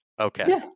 okay